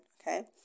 okay